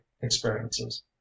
experiences